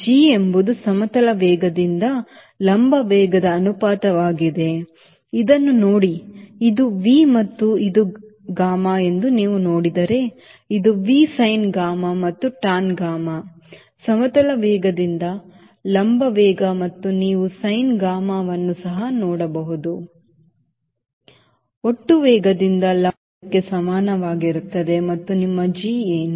G ಎಂಬುದು ಸಮತಲ ವೇಗದಿಂದ ಲಂಬ ವೇಗದ ಅನುಪಾತವಾಗಿದೆ ಇದನ್ನು ನೋಡಿ ಇದು V ಮತ್ತು ಇದು gammaಎಂದು ನೀವು ನೋಡಿದರೆ ಇದು V sin gamma ಮತ್ತು tan gammaಸಮತಲ ವೇಗದಿಂದ ಲಂಬ ವೇಗ ಮತ್ತು ನೀವುsin gammaವನ್ನು ಸಹ ನೋಡಬಹುದು ಒಟ್ಟು ವೇಗದಿಂದ ಲಂಬ ವೇಗಕ್ಕೆ ಸಮಾನವಾಗಿರುತ್ತದೆ ಮತ್ತು ನಿಮ್ಮ G ಏನು